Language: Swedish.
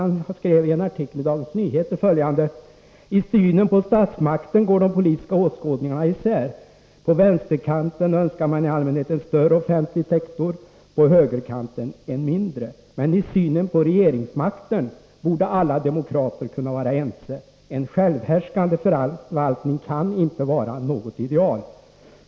Han skrev i en artikel i Dagens Nyheter: ”I synen på statsmakten går de politiska åskådningarna isär. På vänsterkanten önskar man i allmänhet en större offentlig sektor, på högerkanten en mindre. Men i synen på regeringsmakten borde alla demokrater kunna vara ense. En självhärskande förvaltning kan inte vara något ideal.